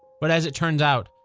but as it turns out,